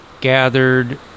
gathered